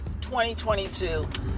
2022